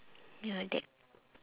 ya that